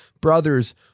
Brothers